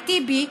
יא טיבי,